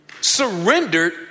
surrendered